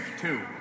two